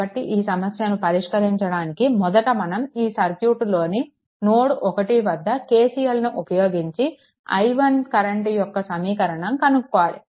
కాబట్టి ఈ సమస్యను పరిష్కరించడానికి మొదట మనం ఈ సర్క్యూట్లోని నోడ్ 1 వద్ద KCL ను ఉపయోగింగించి i1 కరెంట్ యొక్క సమీకరణం కనుక్కోవాలి